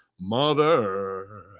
Mother